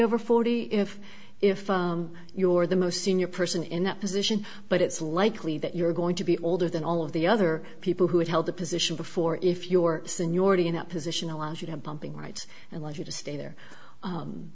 over forty if if you're the most senior person in that position but it's likely that you're going to be older than all of the other people who had held the position before if your seniority in that position allows you have pumping right and left you to stay there